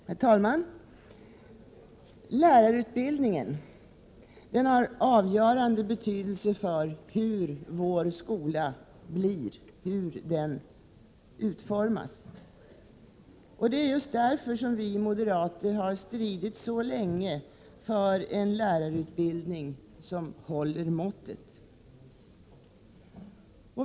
Herr talman! Lärarutbildningen har avgörande betydelse för utformningen av vår skola. Det är just därför som vi moderater har stritt så länge för en lärarutbildning som håller måttet.